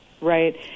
Right